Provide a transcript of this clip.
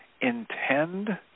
intend